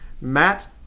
Matt